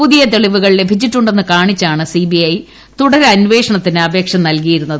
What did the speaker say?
പുതിയ തെളിവുകൾ ലഭിച്ചിട്ടുണ്ടെന്ന് കാണിച്ചാണ് സിബിഐ തുടരന്വേഷണത്തിന് അപേക്ഷ നൽകിയിരുന്നത്